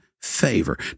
favor